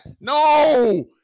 No